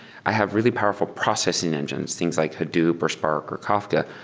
i have really powerful processing engines, things like hadoop, or spark, or karka.